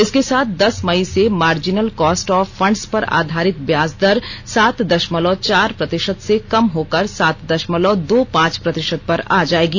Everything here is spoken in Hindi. इसके साथ दस मई से मार्जिनल कॉस्ट ऑफ फंड्स पर आधारित ब्याज दर सात दशमलव चार प्रतिशत से कम होकर सात दशमलव दो पांच प्रतिशत पर आ जायेगी